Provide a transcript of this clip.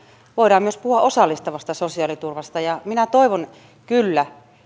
voidaan myös puhua osallistavasta sosiaaliturvasta minä toivon kyllä